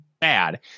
bad